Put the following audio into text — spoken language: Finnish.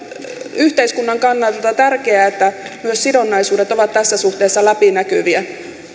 yhteiskunnan kannalta tärkeää että myös sidonnaisuudet ovat tässä suhteessa läpinäkyviä